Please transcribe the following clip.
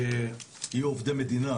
יהיו עובדי מדינה,